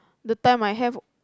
the time I have